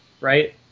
Right